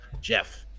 jeff